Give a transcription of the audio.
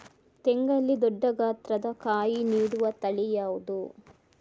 ತೆಂಗಲ್ಲಿ ದೊಡ್ಡ ಗಾತ್ರದ ಕಾಯಿ ನೀಡುವ ತಳಿ ಯಾವುದು?